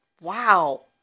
Wow